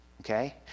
okay